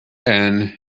and